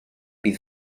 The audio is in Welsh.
bydd